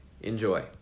Enjoy